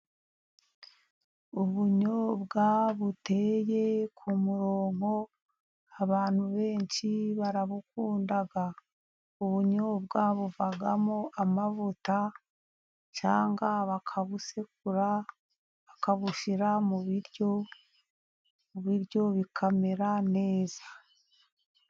Ubunyobwa buteye ku murongo, abantu benshi barabukunda. Ubunyo buvamo amavuta cyangwa bakabusekura, bakabushyira mu biryo, mu biryo, bikamera neza.